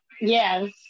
Yes